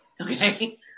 Okay